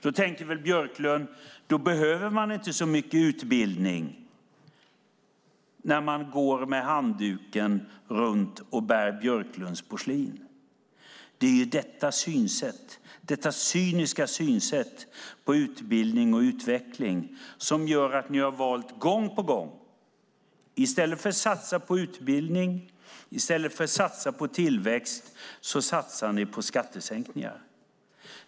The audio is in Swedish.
Då tänker väl Björklund: Man behöver inte så mycket utbildning när man går runt med handduken och bär Björklunds porslin. Det är detta cyniska synsätt på utbildning och utveckling som gör att ni gång på gång, i stället för att satsa på utbildning och tillväxt, satsar på skattesänkningar.